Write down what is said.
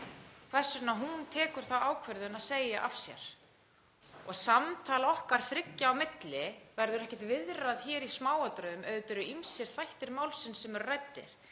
hvers vegna hún tekur þá ákvörðun að segja af sér. Samtal okkar þriggja á milli verður ekkert viðrað hér í smáatriðum. Auðvitað eru ýmsir þættir málsins sem eru ræddir.